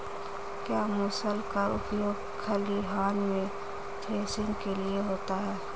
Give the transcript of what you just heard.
क्या मूसल का उपयोग खलिहान में थ्रेसिंग के लिए होता है?